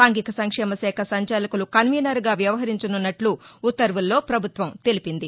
సాంఘిక సంక్షేమ శాఖ సంచాలకులు కన్వీనర్గా వ్యవహరించనున్నట్లు ఉత్తర్వుల్లో ప్రభుత్వం తెలిపింది